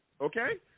okay